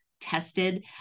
tested